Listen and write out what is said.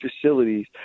facilities